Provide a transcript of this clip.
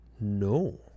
No